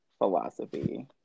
Philosophy